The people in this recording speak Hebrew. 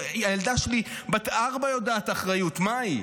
הילדה שלי בת ארבע ויודעת אחריות מהי.